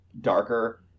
darker